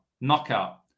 knockout